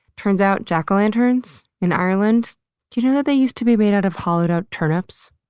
turns out jack-o-lanterns in ireland, do you know that they used to be made out of hollowed-out turnips?